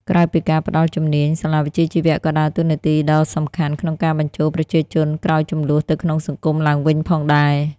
ក្រៅពីការផ្តល់ជំនាញ សាលាវិជ្ជាជីវៈក៏ដើរតួនាទីដ៏សំខាន់ក្នុងការបញ្ចូលប្រជាជនក្រោយជម្លោះទៅក្នុងសង្គមឡើងវិញផងដែរ។